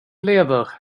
lever